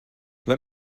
let